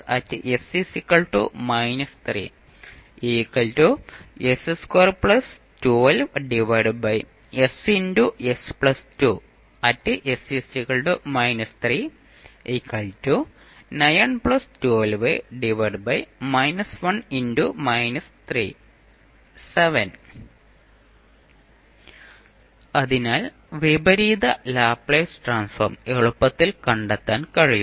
അതിനാൽ വിപരീത Laplace transform എളുപ്പത്തിൽ കണ്ടെത്താൻ കഴിയും